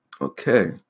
Okay